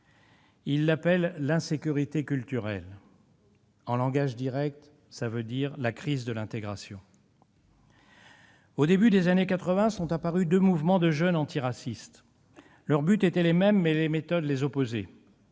Il l'appelle l'« insécurité culturelle ». En langage direct, cela veut dire la « crise de l'intégration ». Au début des années quatre-vingt sont apparus deux mouvements de jeunes antiracistes. Leurs buts étaient les mêmes, mais les méthodes les opposaient.